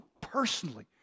personally